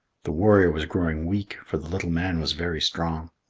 the warrior was growing weak, for the little man was very strong.